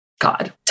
God